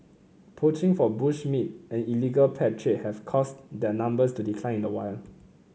poaching for bush meat and illegal pet trade have caused their numbers to decline in the wild